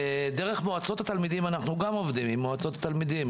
אנחנו גם עובדים עם מועצות התלמידים.